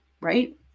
right